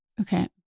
Okay